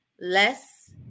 less